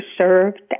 served